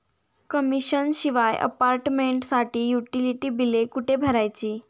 Commission शिवाय अपार्टमेंटसाठी utility बिले कुठे भरायची?